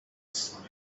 slime